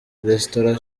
restaurant